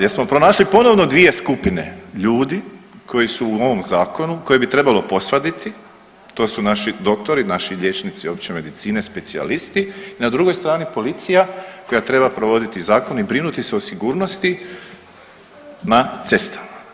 Jesmo pronašli ponovo 2 skupine ljudi koji su u ovom Zakonu koje bi trebalo posvaditi, to su naši doktori, naši liječnici opće medicine, specijalisti, na drugoj strani policija koja treba provoditi zakon i brinuti se o sigurnosti na cestama.